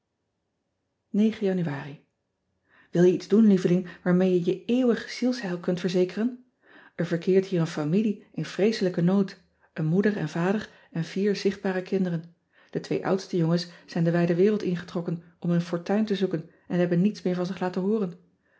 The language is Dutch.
anuari il je iets doen lieveling waarmee je je eeuwig zielsheil kunt verzekeren r verkeert hier een familie in vreeselijken nood een moeder en vader en vier zichtbare kinderen e twee oudste jongens zijn de wijde wereld ingetrokken om hun fortuin te zoeken en hebben niets meer van zich laten hooren